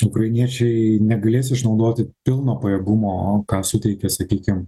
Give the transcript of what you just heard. ukrainiečiai negalės išnaudoti pilno pajėgumo ką suteikia sakykim